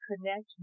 connect